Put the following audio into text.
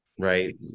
Right